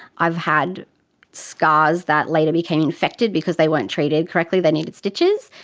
i've had scars that later became infected because they weren't treated correctly, they needed stitches.